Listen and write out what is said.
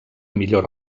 millor